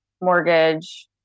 mortgage